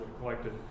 collected